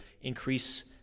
increase